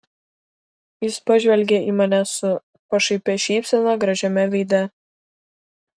jis pažvelgė į mane su pašaipia šypsena gražiame veide